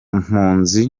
mpunzi